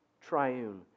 triune